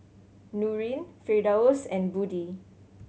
Nurin Firdaus and Budi